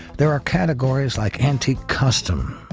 there are categories like antique custom,